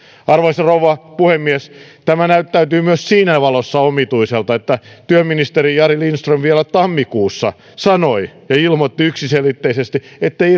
arvoisa rouva puhemies tämä näyttäytyy myös siinä valossa omituiselta että työministeri jari lindström vielä tammikuussa sanoi ja ilmoitti yksiselitteisesti ettei